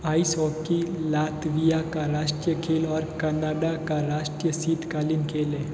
ice hockey Latvia का राष्ट्रीय खेल और कनाडा का राष्ट्रीय शीतकालीन खेल है